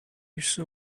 于是